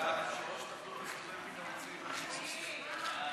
ההצעה להעביר את